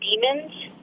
demons